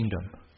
kingdom